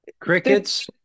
crickets